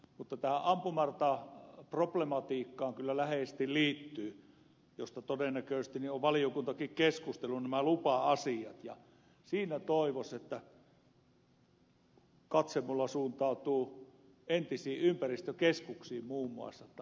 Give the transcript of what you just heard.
mutta tähän ampumarataproblematiikkaan kyllä läheisesti liittyvät mistä todennäköisesti on valiokuntakin keskustellut nämä lupa asiat ja katse minulla suuntautuu entisiin ympäristökeskuksiin muun muassa